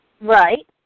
Right